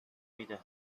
میدهد